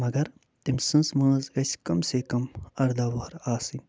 مگر تٔمۍ سٕنٛز وٲنٛس گژھِ کم سے کم ارداہ وُہَر آسٕنۍ